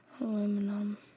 Aluminum